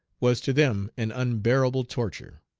was to them an unbearable torture.